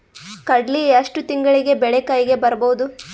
ಕಡಲಿ ಎಷ್ಟು ತಿಂಗಳಿಗೆ ಬೆಳೆ ಕೈಗೆ ಬರಬಹುದು?